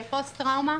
הפוסט טראומה